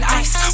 ice